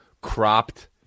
cropped